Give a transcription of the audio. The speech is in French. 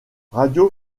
radio